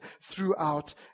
throughout